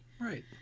Right